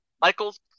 Michael's